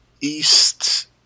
east